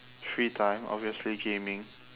free time obviously gaming